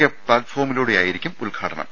K പ്ലാറ്റ് ഫോമിലൂടെയായിരിക്കും ഉദ്ഘാ ടനം